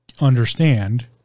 understand